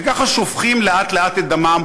וככה שופכים לאט-לאט את דמם,